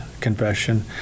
confession